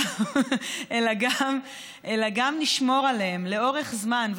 אלא גם נשמור עליהם לאורך זמן,